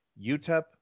UTEP